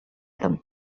them